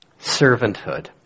servanthood